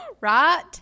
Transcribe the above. right